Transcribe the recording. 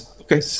okay